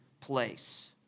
place